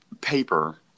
paper